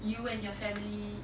you and your family